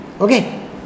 Okay